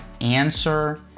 answer